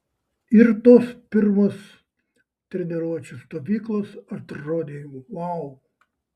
ir tos pirmos treniruočių stovyklos atrodė vau